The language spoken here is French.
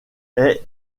est